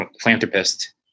philanthropist